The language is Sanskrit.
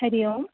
हरिः ओम्